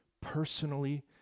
personally